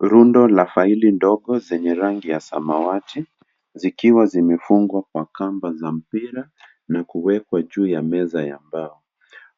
Rundo la faili ndogo zenye rangi ya samawati zikiwa zimefungwa kwa kamba na mpira na kuwekwa juu ya meza ya mbao.